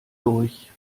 durch